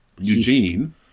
Eugene